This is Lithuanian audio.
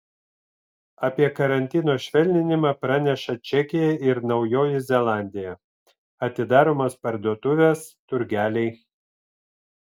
apie karantino švelninimą praneša čekija ir naujoji zelandija atidaromos parduotuvės turgeliai